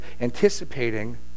anticipating